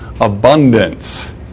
abundance